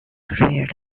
career